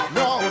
no